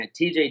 TJ